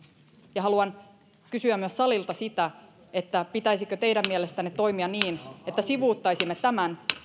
ja haluan kysyä salilta myös sitä pitäisikö teidän mielestänne toimia niin että sivuuttaisimme tämän